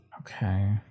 Okay